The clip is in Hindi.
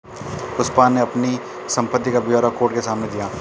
पुष्पा ने अपनी संपत्ति का ब्यौरा कोर्ट के सामने दिया